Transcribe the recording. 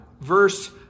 Verse